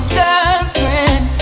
girlfriend